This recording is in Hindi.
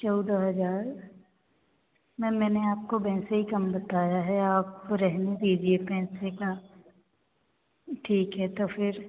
चौदह हज़ार मैम मैंने आपको वैसे ही कम बताया है आप रहने दीजिए पैसे का ठीक है तो फिर